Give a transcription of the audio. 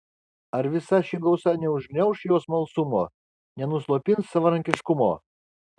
ar visa ši gausa neužgniauš jo smalsumo nenuslopins savarankiškumo